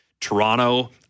Toronto